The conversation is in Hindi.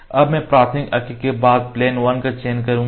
अब मैं प्राथमिक अक्ष के बाद प्लेन 1 का चयन करूँगा